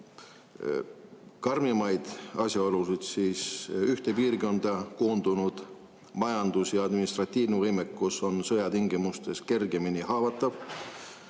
karmimaid asjaolusid, siis ühte piirkonda koondunud majandus- ja administratiivne võimekus on sõjatingimustes kergemini haavatav